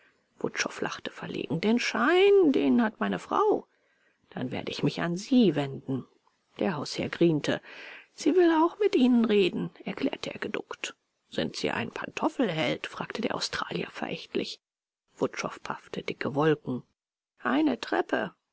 wutschow lachte verlegen den schein den hat meine frau dann werde ich mich an sie wenden der hausherr griente sie will auch mit ihnen reden erklärte er geduckt sind sie ein pantoffelheld fragte der australier verächtlich wutschow paffte dicke wolken eine treppe